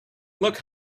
look